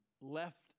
left